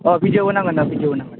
अ भिडिय'बो नांगोन भिडिय'बो नांगोन